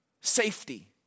safety